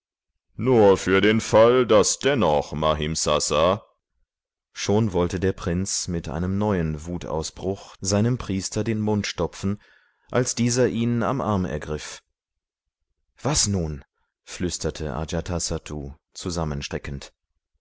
nur für den fall daß dennoch mahimsasa schon wollte der prinz mit einem neuen wutausbruch seinem priester den mund stopfen als dieser ihn am arm ergriff was nun flüsterte